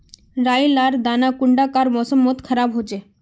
राई लार दाना कुंडा कार मौसम मोत खराब होचए?